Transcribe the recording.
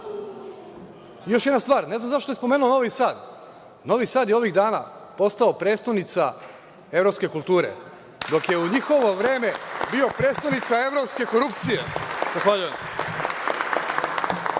jedna stvar, ne znam zašto je spomenu Novi Sad. Novi Sad je ovih dana postao prestonica evropske kulture, dok je u njihovo vreme bio prestonica evropske korupcije. Zahvaljujem.